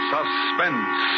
Suspense